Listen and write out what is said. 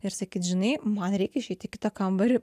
ir sakyt žinai man reikia išeiti į kitą kambarį